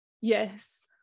Yes